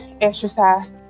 exercise